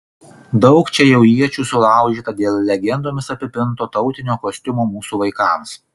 daug čia jau iečių sulaužyta dėl legendomis apipinto tautinio kostiumo mūsų vaikams